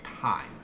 time